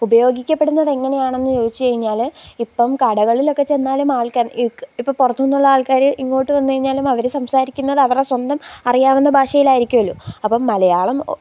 ഉപയോഗിക്കപ്പെടുന്നതെങ്ങനെയാണെന്ന് ചോദിച്ചുകഴിഞ്ഞാല് ഇപ്പോള് കടകളിലൊക്കെ ചെന്നാലും ആള്ക്കാര് ഇക് ഇപ്പോള് പുറത്തുനിന്നുള്ള ആള്ക്കാര് ഇങ്ങോട്ട് വന്നുകഴിഞ്ഞാലും അവര് സംസാരിക്കുന്നത് അവരുടെ സ്വന്തം അറിയാവുന്ന ഭാഷയിലായിരിക്കുമല്ലോ അപ്പോള് മലയാളം ഒ